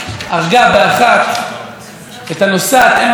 לגיטימי, ואפילו מאוד, לפרסם את הסיפור.